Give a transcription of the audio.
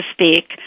speak